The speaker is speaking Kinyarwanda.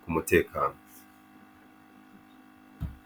k'umutekano.